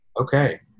Okay